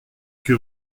que